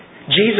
Jesus